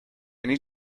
need